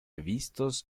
vistos